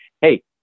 Hey